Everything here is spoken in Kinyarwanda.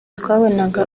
twabonaga